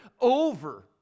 over